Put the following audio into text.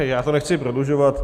Já to nechci prodlužovat.